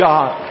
God